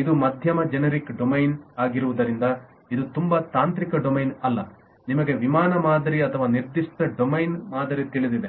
ಇದು ಮಧ್ಯಮ generic domain ಆಗಿರುವುದರಿಂದ ಇದು ತುಂಬಾ ತಾಂತ್ರಿಕ ಡೊಮೇನ್ ಅಲ್ಲ ನಿಮಗೆ ವಿಮಾನ ಮಾದರಿ ಅಥವಾ ನಿರ್ದಿಷ್ಟ ಡೊಮೇನ್ ಮಾದರಿ ತಿಳಿದಿದೆ